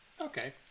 Okay